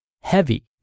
heavy